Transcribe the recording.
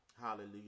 Hallelujah